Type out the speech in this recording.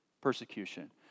persecution